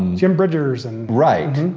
jim bridger's and, right.